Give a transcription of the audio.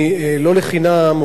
לא לחינם אומרים,